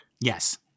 Yes